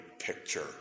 picture